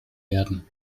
werden